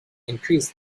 increase